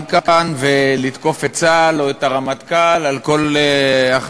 כאן ולתקוף את צה"ל או את הרמטכ"ל על כל החלטה.